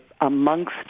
amongst